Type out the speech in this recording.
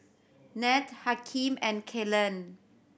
Ned Hakeem and Kalen